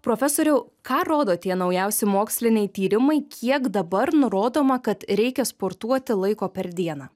profesoriau ką rodo tie naujausi moksliniai tyrimai kiek dabar nurodoma kad reikia sportuoti laiko per dieną